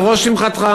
על ראש שמחתך?